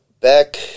back